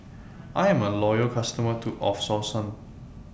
I Am A Loyal customer to of Selsun